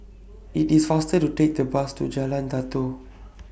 IT IS faster to Take The Bus to Jalan Datoh